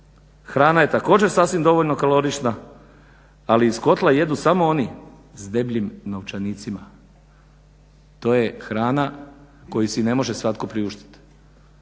hrana je također sasvim dovoljno kalorična, ali iz kotla jedu samo oni s debljim novčanicima. To je hrana koju si ne može svatko priuštiti.